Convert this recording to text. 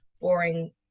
boring